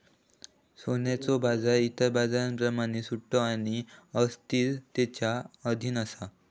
सोन्याचो बाजार इतर बाजारांप्रमाण सट्टो आणि अस्थिरतेच्या अधीन असा